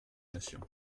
nations